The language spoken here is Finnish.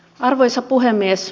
arvoisa puhemies